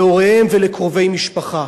להוריהם ולקרובי המשפחה.